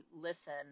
listen